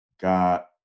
got